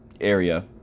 area